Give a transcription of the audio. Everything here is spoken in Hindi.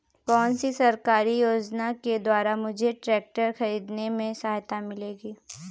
कौनसी सरकारी योजना के द्वारा मुझे ट्रैक्टर खरीदने में सहायता मिलेगी?